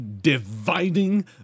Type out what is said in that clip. dividing